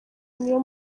niyo